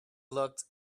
looked